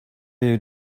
you